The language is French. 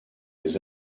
les